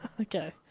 Okay